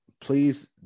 please